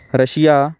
Russia